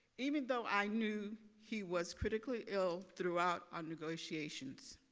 even though i knew he was critically ill throughout our negotiations.